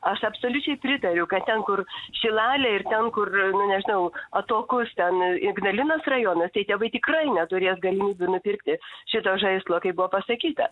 aš absoliučiai pritariu kad ten kur šilalė ir ten kur nu nežinau atokus ten ignalinos rajonas tai tėvai tikrai neturės galimybių nupirkti šito žaislo kaip buvo pasakyta